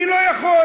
אני לא יכול.